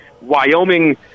Wyoming